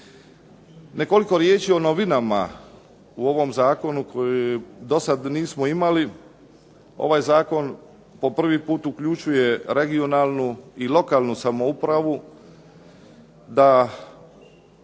Nekoliko riječi o novinama u ovom zakonu koji do sada nismo imali. Ovaj zakon po prvi puta uključuje regionalnu i lokalnu samoupravu, da